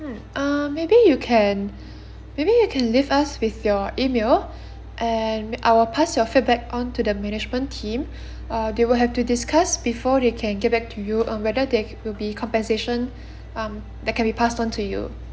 uh maybe you can maybe you can leave us with your email and I'll pass your feedback on to the management team uh they will have to discuss before they can get back to you um whether there will be compensation um that can be passed on to you